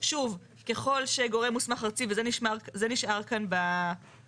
שוב, ככל שגורם מוסמך ארצי, וזה נשאר כאן בנוסח.